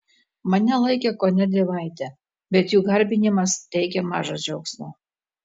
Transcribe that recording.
mane laikė kone dievaite bet jų garbinimas teikė maža džiaugsmo